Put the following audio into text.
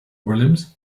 williams